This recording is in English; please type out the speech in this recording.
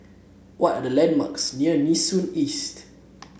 what are the landmarks near Nee Soon East